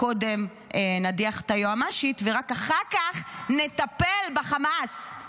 קודם נדיח את היועמ"שית ורק אחר כך נטפל בחמאס,